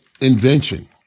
invention